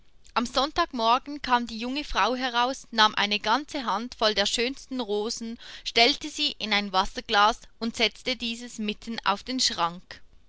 am sonntagmorgen kam die junge frau heraus nahm eine ganze hand voll der schönsten rosen stellte sie in ein wasserglas und setzte dieses mitten auf den schrank